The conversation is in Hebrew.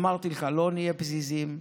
אמרתי לך, לא נהיה פזיזים,